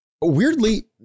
weirdly